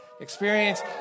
experience